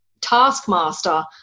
taskmaster